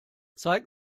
zeig